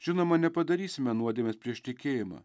žinoma nepadarysime nuodėmės prieš tikėjimą